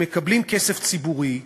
שמקבלים כסף ציבורי,